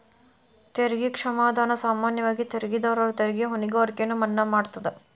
ತೆರಿಗೆ ಕ್ಷಮಾದಾನ ಸಾಮಾನ್ಯವಾಗಿ ತೆರಿಗೆದಾರರ ತೆರಿಗೆ ಹೊಣೆಗಾರಿಕೆಯನ್ನ ಮನ್ನಾ ಮಾಡತದ